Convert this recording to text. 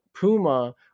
Puma